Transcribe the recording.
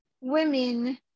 women